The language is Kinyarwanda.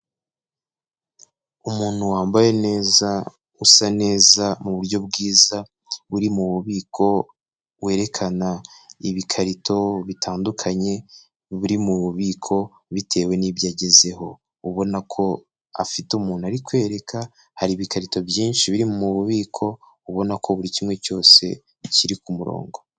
Umuntu wambaye neza, usa neza, mu buryo bwiza, uri mu bubiko werekana, ibikarito bitandukanye, biri mu bubiko, bitewe n'ibyo agezeho, ubona ko afite umuntu ari kwereka, hari ibikarito byinshi biri mu bubiko, ubona ko buri kimwe cyose, kiri ku murongo.